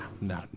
no